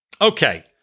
Okay